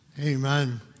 Amen